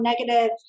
negative